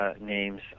names